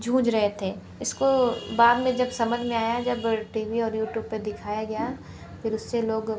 जूझ रहे थे इसको बाद में जब समझ में आया जब टी वी और यूट्यूब पर दिखाया गया फिर उससे लोग